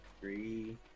three